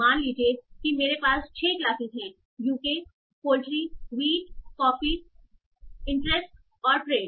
मान लीजिए कि मेरे पास 6 क्लासेज हैं UK poultry wheat coffee interest और ट्रेड